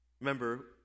Remember